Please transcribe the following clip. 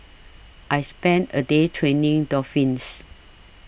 I spent a day training dolphins